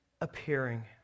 appearing